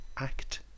act